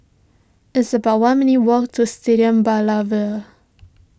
it's about one minutes' walk to Stadium Boulevard